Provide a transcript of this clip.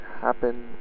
happen